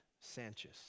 Sanchez